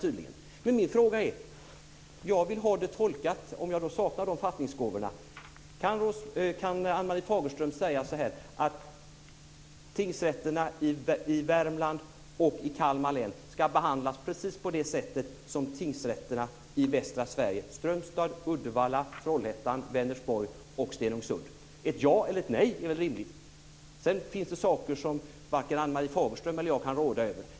Om jag nu saknar de fattningsgåvorna och frågar om Ann-Marie Fagerström kan säga att tingsrätterna i Värmlands och i Kalmar län ska behandlas precis som tingsrätterna i västra Sverige - Strömstad, Uddevalla, Trollhättan, Vänersborg och Stenungsund - är väl ett ja eller ett nej till svar rimligt. Det finns förvisso saker som varken Ann-Marie Fagerström eller jag kan råda över.